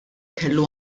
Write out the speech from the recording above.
kellu